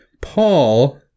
paul